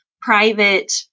private